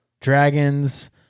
dragons